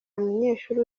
munyeshuri